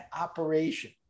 operation